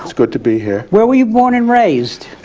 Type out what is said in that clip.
it's good to be here. where were you born and raised?